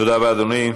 תודה רבה, אדוני.